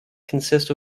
consists